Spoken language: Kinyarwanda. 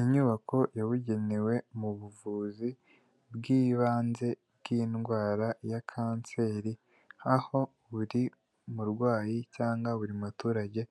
Inyubako yabugenewe mu buvuzi bw'ibanze bw'indwara ya kanseri aho buri murwayi cyangwa buri muturage